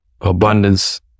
abundance